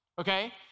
okay